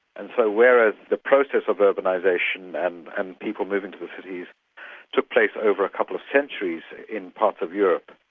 and so whereas the process of urbanisation and and people moving to the cities took place over a couple of centuries in parts of europe,